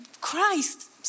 Christ